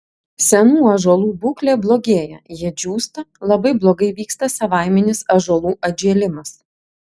senų ąžuolų būklė blogėja jie džiūsta labai blogai vyksta savaiminis ąžuolų atžėlimas